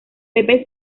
pepe